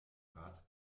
rad